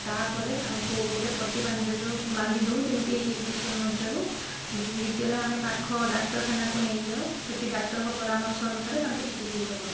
ତା'ପରେ ତାଙ୍କୁ ଗୋଟେ ପଟି ବାନ୍ଧି ଦେଉ ବାନ୍ଧି ଦେଉ ଯେମିତି ବିଷ ନଚରୁ ଦ୍ୱିତୀୟରେ ଆମେ ପାଖ ଡାକ୍ତରଖାନାକୁ ନେଇଯାଉ ସେଠି ଡାକ୍ତରଙ୍କ ପରାମର୍ଶ ଅନୁସାରେ ତାଙ୍କୁ ଚିକିତ୍ସିତ କରାଉ